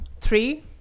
three